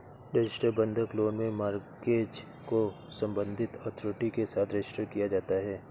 registered बंधक loan में mortgage को संबंधित अथॉरिटी के साथ रजिस्टर किया जाता है